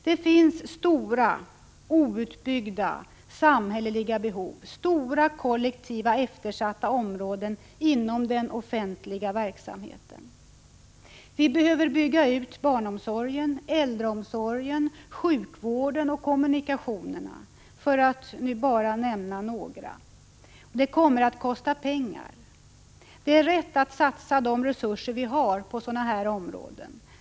Det finns stora eftersatta samhälleliga behov, stora eftersatta områden inom den offentliga verksamheten. Vi behöver bygga ut barnomsorgen, äldreomsorgen, sjukvården och kommunikationerna — för att nu bara nämna några områden. Det kommer att kosta pengar. Det är rätt att satsa de resurser vi har på sådana områden.